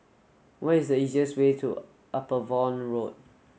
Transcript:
what is the easiest way to Upavon Road